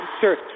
Sure